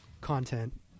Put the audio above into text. content